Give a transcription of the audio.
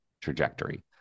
trajectory